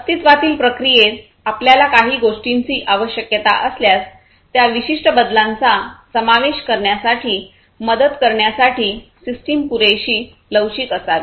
अस्तित्वातील प्रक्रियेत आपल्याला काही गोष्टींची आवश्यकता असल्यास त्या विशिष्ट बदलांचा समावेश करण्यासाठी मदत करण्यासाठी सिस्टम पुरेशी लवचिक असावी